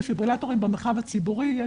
אני חושבת שיש דפיברילטורים במרחב הציבורי.